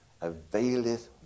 availeth